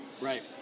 Right